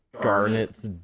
garnet's